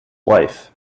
wife